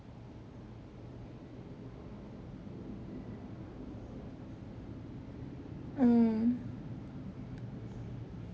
mm